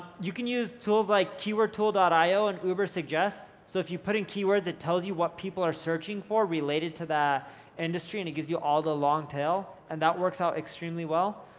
you can use tools like keywordtool io and ubersuggest, so if you put in keywords that tells you what people are searching for, related to that industry and it gives you all the longtail and that works out extremely well,